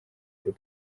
they